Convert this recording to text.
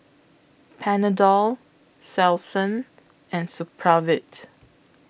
Panadol Selsun and Supravit